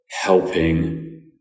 helping